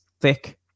thick